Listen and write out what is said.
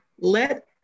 let